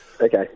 Okay